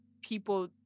people